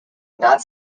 not